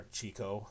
Chico